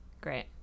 Great